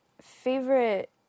favorite